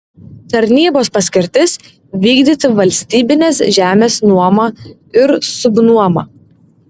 tarnybos paskirtis vykdyti valstybinės žemės nuomą ir subnuomą